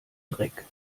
dreck